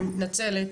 אני מתנצלת,